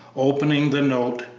opening the note,